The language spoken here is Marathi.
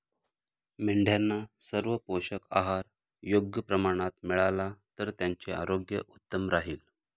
मेंढ्यांना सर्व पोषक आहार योग्य प्रमाणात मिळाला तर त्यांचे आरोग्य उत्तम राहील